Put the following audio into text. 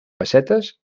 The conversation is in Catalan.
pessetes